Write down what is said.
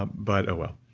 ah but oh well.